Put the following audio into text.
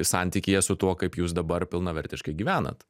santykyje su tuo kaip jūs dabar pilnavertiškai gyvenat